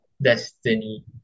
destiny